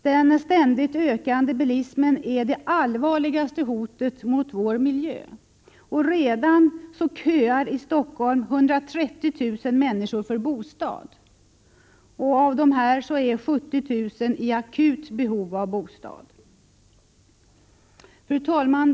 Den ständigt ökande bilismen är det allvarligaste hotet mot vår miljö. Och redan köar i Stockholm 130 000 människor för bostad. Av dem är 70 000 i akut behov av bostad. Fru talman!